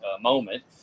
moment